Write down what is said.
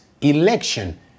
Election